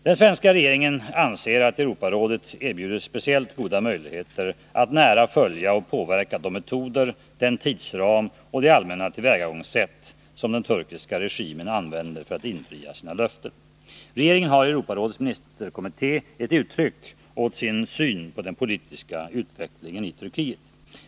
Den svenska regeringen anser att Europarådet erbjuder speciellt goda möjligheter att nära följa och påverka de metoder, den tidsram och det allmänna tillvägagångssätt som den turkiska regimen använder för att infria sina löften. Regeringen har i Europarådets ministerkommitté gett uttryck åt sin syn på den politiska utvecklingen i Turkiet.